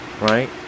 right